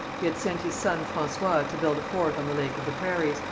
he had sent his son francois to build a fort on the lake of the prairies,